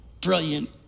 brilliant